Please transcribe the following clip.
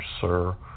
Sir